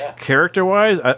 Character-wise